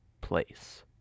place